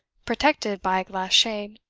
protected by a glass shade.